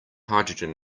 hydrogen